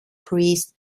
priest